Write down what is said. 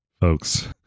folks